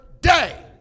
day